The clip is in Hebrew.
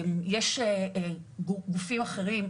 יש גופים אחרים,